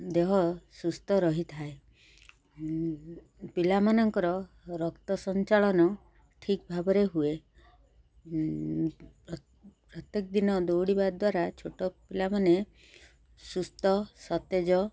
ଦେହ ସୁସ୍ଥ ରହିଥାଏ ପିଲାମାନଙ୍କର ରକ୍ତ ସଞ୍ଚାଳନ ଠିକ୍ ଭାବରେ ହୁଏ ପ୍ରତ୍ୟେକ ଦିନ ଦୌଡ଼ିବା ଦ୍ୱାରା ଛୋଟ ପିଲାମାନେ ସୁସ୍ଥ ସତେଜ